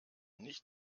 nicht